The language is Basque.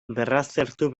berraztertu